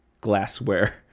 glassware